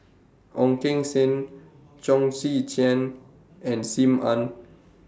Ong Keng Sen Chong Tze Chien and SIM Ann